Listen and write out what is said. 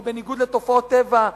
כי בניגוד לתופעות טבע,